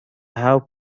have